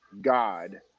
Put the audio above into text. god